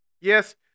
Yes